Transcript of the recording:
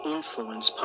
Influence